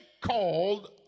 called